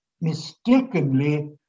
mistakenly